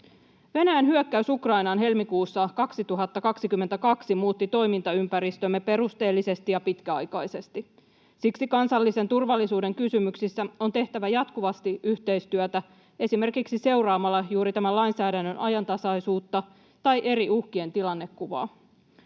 Venäjän hyökkäys Ukrainaan helmikuussa 2022 muutti toimintaympäristömme perusteellisesti ja pitkäaikaisesti. Siksi kansallisen turvallisuuden kysymyksissä on tehtävä jatkuvasti yhteistyötä esimerkiksi seuraamalla juuri tämän lainsäädännön ajantasaisuutta tai eri uhkien tilannekuvaa.